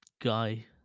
guy